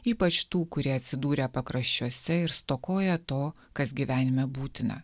ypač tų kurie atsidūrę pakraščiuose ir stokoja to kas gyvenime būtina